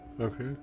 Okay